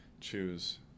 choose